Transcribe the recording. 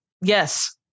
Yes